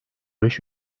beş